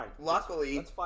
luckily